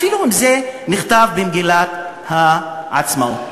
אפילו אם זה נכתב במגילת העצמאות.